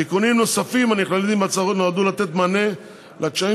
תיקונים נוספים הנכללים בהצעת החוק נועדו לתת מענה לקשיים